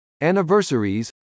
anniversaries